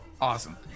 Awesome